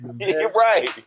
Right